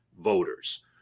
voters